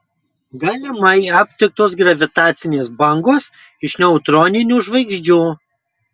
galimai aptiktos gravitacinės bangos iš neutroninių žvaigždžių